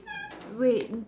wait